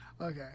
Okay